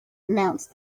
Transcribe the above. announced